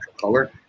color